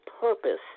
purpose